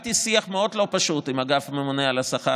ניהלתי שיח מאוד לא פשוט עם אגף הממונה על השכר,